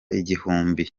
igihumbi